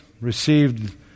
received